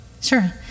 Sure